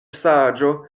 saĝo